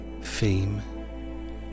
fame